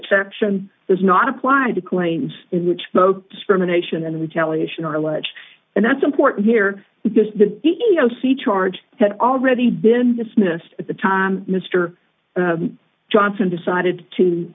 exception is not applied to claims in which both discrimination and retaliation are alleged and that's important here because the e e o c charge had already been dismissed at the time mister johnson decided to